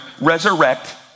resurrect